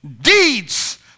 deeds